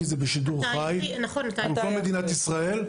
את זה בשידור חי מול כל מדינת ישראל,